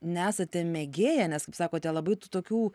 nesate mėgėja nes kaip sakote labai tų tokių